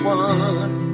one